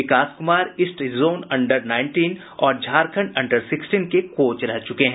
विकास Kumar east zone under nineteen और Jharkhand under sixteen के coach भी रह चुके हैं